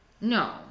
No